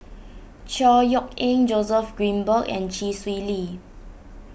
Chor Yeok Eng Joseph Grimberg and Chee Swee Lee